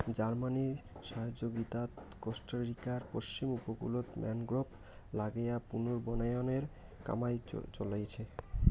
জার্মানির সহযগীতাত কোস্টারিকার পশ্চিম উপকূলত ম্যানগ্রোভ নাগেয়া পুনর্বনায়নের কামাই চইলছে